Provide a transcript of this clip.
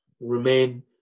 remain